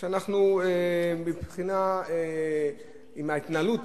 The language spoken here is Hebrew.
שמבחינת התנהלות,